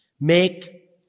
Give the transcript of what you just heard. Make